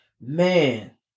man